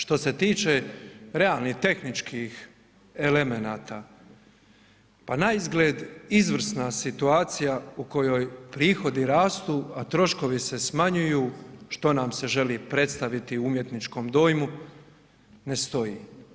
Što se tiče realnih, tehničkih elemenata pa naizgled izvrsna situacija u kojoj prihodi rastu, a troškovi se smanjuju što nam se želi predstaviti u umjetničkom dojmu, ne stoji.